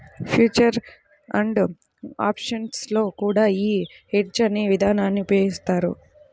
future and options లో కూడా యీ హెడ్జ్ అనే ఇదానాన్ని ఉపయోగిత్తారు